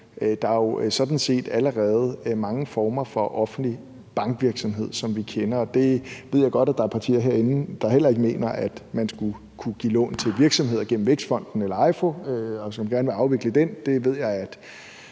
set allerede mange former for offentlig bankvirksomhed, som vi kender. Jeg ved godt, at der er partier herinde, der heller ikke mener, at man skulle kunne give lån til virksomheder gennem Vækstfonden eller EIFO,